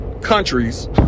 countries